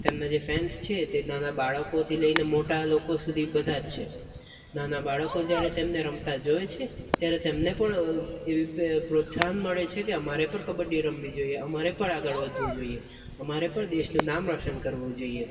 તેમના જે ફેન્સ છે તે નાના બાળકોથી લઈને મોટા લોકો સુધી બધા જ છે નાના બાળકો જ્યારે તેમને રમતા જોએ છે ત્યારે તેમણે પણ એવી પ્રોત્સાહન મળે છે કે અમારે પણ કબડ્ડી રમવી જોઈએ અમારે પણ આગળ વધવું જોઈએ અમારે પણ દેશનું નામ રોશન કરવું જોઈએ